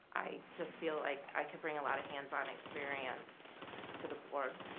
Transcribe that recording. i just feel like i could bring a lot of hands-on experience to the board.